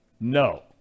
No